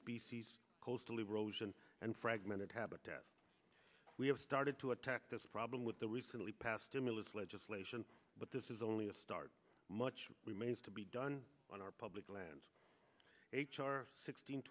species coastal erosion and fragmented habitats we have started to attack this problem with the recently passed immune legislation but this is only a start much remains to be done on our public lands h r sixteen